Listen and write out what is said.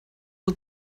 und